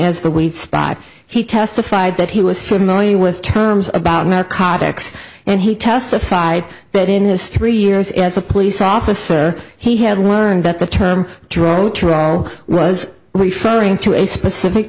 as the weight spot he testified that he was familiar with terms about narcotics and he testified that in his three years as a police officer he had one that the term draw was referring to a specific